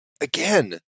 again